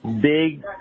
Big